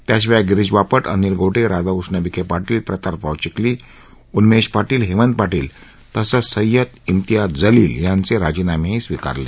त्याशिवाय गिरीश बापट अनिट गोटे राधाकृष्ण विखे पाटील प्रतापराव चिखली उन्मेश पाटील हेमंत पाटील तसंच सय्यद इमतियाज जलील यांचे राजीनामेही स्वीकारले